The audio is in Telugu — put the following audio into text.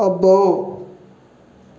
అబ్బో